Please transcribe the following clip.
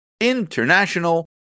international